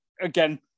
Again